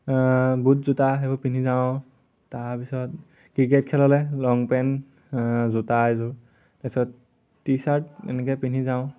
বুট জোতা সেইবোৰ পিন্ধি যাওঁ তাৰপিছত ক্ৰিকেট খেললে লং পেণ্ট জোতা এযোৰ তাৰপিছত টি চাৰ্ট এনেকে পিন্ধি যাওঁ